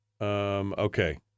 okay